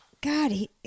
God